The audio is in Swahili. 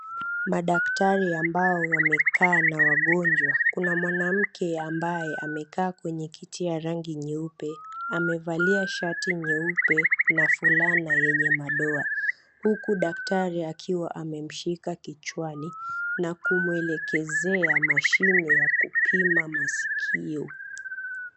Madaktari ambao wamekaa na wagonjwa kuna mwanamke ambaye amekaa kwenye kiti ya rangi nyeupe amevalia shati nyeupe na fulana yenye madoa, huku daktari akiwa amemshika kichwani na kumuelekezea mashini ya kupima masikio.